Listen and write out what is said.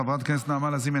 חברת הכנסת נעמה לזימי,